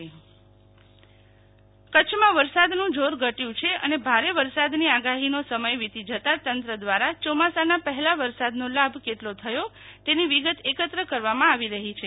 શીતલ વૈષ્ણવ વરસાદનું જોર કચ્છ માં વરસાદ નું જોર ઘટયું છે અને ભારે વરસાદ ની આગાહી નો સમય વિતી જતાં તંત્ર દ્વારા ચોમાસાં ના પહેલા વરસાદ નો લાભ કેટલો થયો તેની વિગત એકત્ર કરવા માં આવી રહી છે